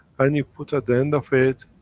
and you put at the end of it,